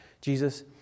Jesus